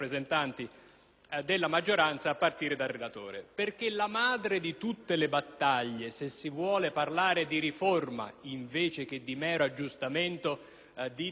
della maggioranza, a cominciare dal relatore. Infatti, la madre di tutte le battaglie, se si vuole parlare di riforma invece che di mero aggiustamento di decisioni